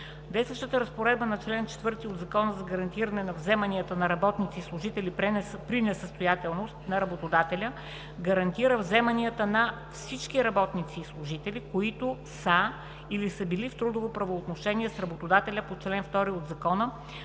Действащата разпоредба на чл. 4 от Закона за гарантиране на вземанията на работници и служители при несъстоятелност на работодателя гарантира вземанията на всички работници и служители, които са или са били в трудово правоотношение с работодателя по чл. 2 от Закона,